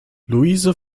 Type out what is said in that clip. luise